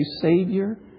Savior